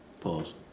Pause